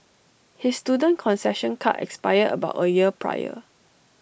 his student concession card expired about A year prior